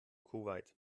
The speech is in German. kuwait